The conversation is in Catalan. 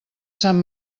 sant